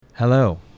Hello